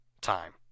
time